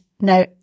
Now